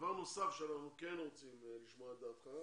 דבר נוסף שאנחנו כן רוצים לשמוע את דעתך.